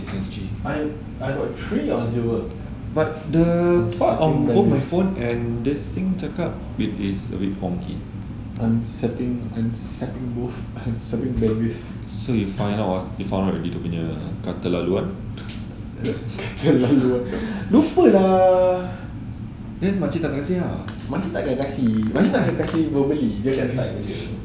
I I got three I'm setting I'm setting both bandwidth kata laluan lupa lah makcik takyah kasi wi-fi kasi verbally dia cakap jer